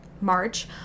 March